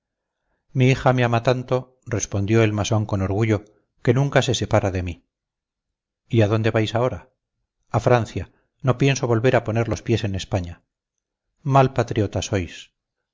mi hija me ama tanto respondió el masón con orgullo que nunca se separa de mí y a dónde vais ahora a francia no pienso volver a poner los pies en españa mal patriota sois